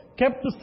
kept